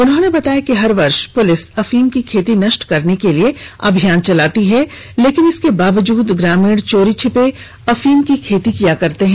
उन्होंने बताया कि हर वर्ष पुलिस अफीम की खेती नष्ट करने के लिए अभियान चलाती है लेकिन इसके बावजूद ग्रामीण चोरी छिपे अफीम की खेती किया करते हैं